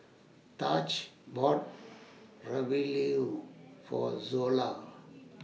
Taj bought Ravioli For Zola